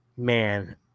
man